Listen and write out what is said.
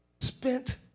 spent